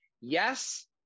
Yes